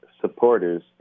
supporters